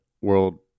World